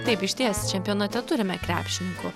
taip išties čempionate turime krepšininkų